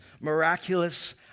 miraculous